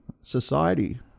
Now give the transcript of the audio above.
society